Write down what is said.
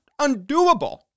undoable